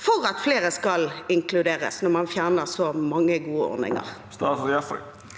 for at flere skal inkluderes, når man fjerner så mange gode ordninger.